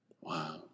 Wow